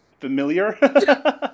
familiar